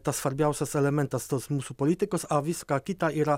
tas svarbiausias elementas tas mūsų politikos a viska kita yra